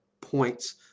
points